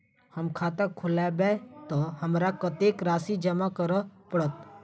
हम खाता खोलेबै तऽ हमरा कत्तेक राशि जमा करऽ पड़त?